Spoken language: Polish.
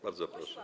Bardzo proszę.